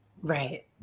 Right